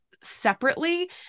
separately